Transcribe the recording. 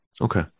Okay